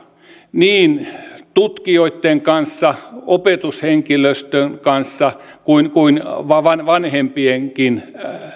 niin tutkijoitten kanssa opetushenkilöstön kanssa kuin kuin vanhempienkin